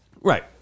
right